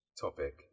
Topic